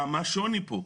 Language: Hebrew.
מה השוני פה,